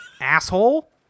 Asshole